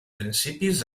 principis